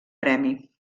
premi